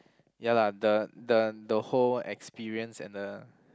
ya lah the the the whole experience and the